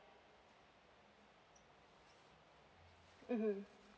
mmhmm